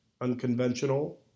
unconventional